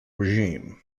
regime